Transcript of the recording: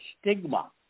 stigma